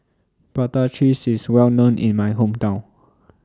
Prata Cheese IS Well known in My Hometown